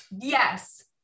Yes